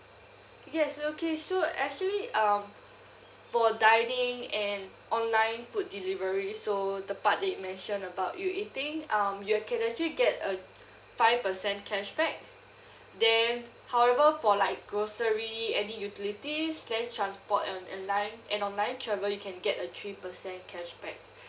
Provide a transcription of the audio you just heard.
yes okay so actually um for dining and online food delivery so the part that you mention about you eating um you can actually get a five percent cashback then however for like grocery any utilities land transport and online and online travel you can get a three percent cashback